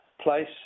place